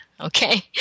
okay